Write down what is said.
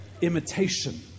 imitation